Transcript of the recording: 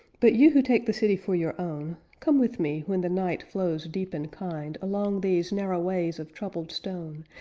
but you who take the city for your own, come with me when the night flows deep and kind along these narrow ways of troubled stone,